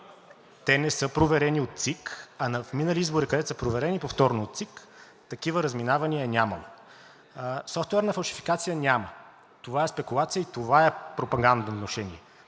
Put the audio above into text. Те не са проверени от ЦИК, а в минали избори, където са проверени повторно от ЦИК, такива разминавания е нямало. Софтуерна фалшификация няма. Това е спекулация. Това е пропагандно внушение.